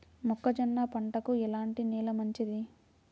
మొక్క జొన్న పంటకు ఎలాంటి నేల మంచిది?